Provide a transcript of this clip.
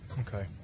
okay